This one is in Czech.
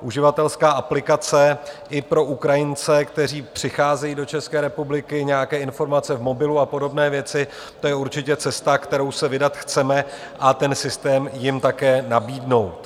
Uživatelská aplikace i pro Ukrajince, kteří přicházejí do České republiky, nějaké informace v mobilu a podobné věci, to je určitě cesta, kterou se vydat chceme, a ten systém jim také nabídnout.